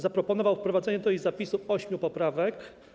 Zaproponował wprowadzenie do jej zapisu ośmiu poprawek.